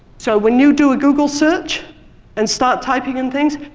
so, when you do a google search and start typing in things,